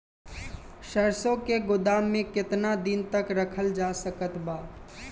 सरसों के गोदाम में केतना दिन तक रखल जा सकत बा?